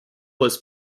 was